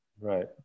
Right